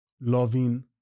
loving